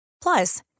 Plus